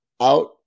out